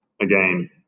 again